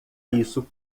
isso